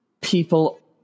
people